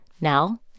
Now